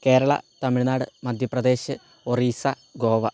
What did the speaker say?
Kerala Tamil Nadu Madhya Pradesh Orissa Goa